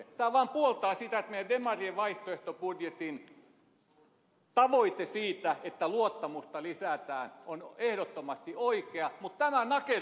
tämä vain puoltaa sitä että meidän demarien vaihtoehtobudjetin tavoite siitä että luottamusta lisätään on ehdottomasti oikea mutta tämä nakertaa sitä uskoa